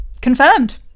confirmed